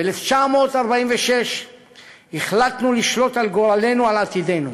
ב-1946 החלטנו לשלוט על גורלנו, על עתידנו.